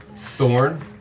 Thorn